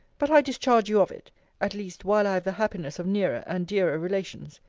but i discharge you of it at least, while i have the happiness of nearer and dearer relations.